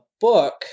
book